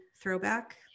throwback